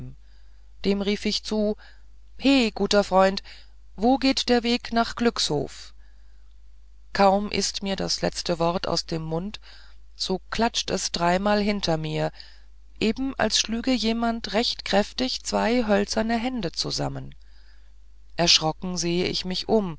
dem rief ich zu he guter freund wo geht der weg nach glückshof kaum ist mir das letzte wort aus dem mund so klatscht es dreimal hinter mir eben als schlüge jemand recht kräftig zwei hölzerne hände zusammen erschrocken seh ich mich um